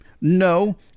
No